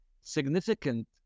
significant